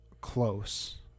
close